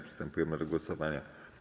Przystępujemy do głosowania.